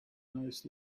most